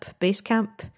Basecamp